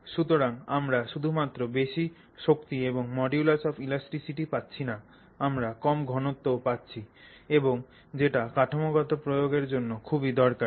সুতরাং আমরা শুধু মাত্র বেশি শক্তি এবং মডুলাস অফ ইলাস্টিসিটি পাচ্ছি না আমরা কম ঘনত্ব ও পাচ্ছি এবং সেটা কাঠামোগত প্রয়োগের জন্য খুবই কার্যকর